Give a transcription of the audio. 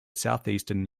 southeastern